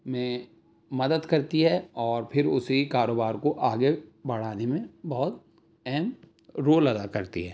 میں مدد کرتی ہے اور پھر اسی کاروبار کو آگے بڑھانے میں بہت اہم رول ادا کرتی ہے